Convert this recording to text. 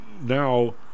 now